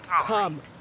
come